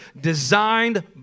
designed